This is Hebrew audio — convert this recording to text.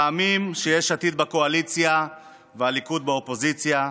פעמים שיש עתיד בקואליציה והליכוד באופוזיציה,